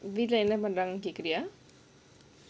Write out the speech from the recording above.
இன்னைக்கு என்ன பண்றங்கனு கேக்குறியா:innaikku enna pandranganu kekkuriyaa